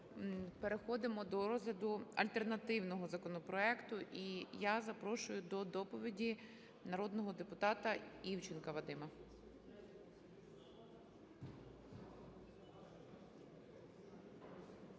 переходимо до розгляду альтернативного законопроекту. І я запрошую до доповіді народного депутата Івченка Вадима.